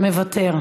מוותר,